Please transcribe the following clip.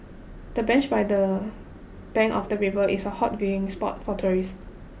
the bench by the bank of the river is a hot viewing spot for tourists